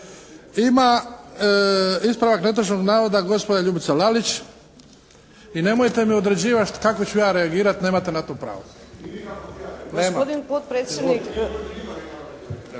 Ima, ispravak netočnog navoda gospođa Ljubica Lalić. I nemojte mi određivati kako ću ja reagirati, nemate na to pravo. …